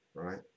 right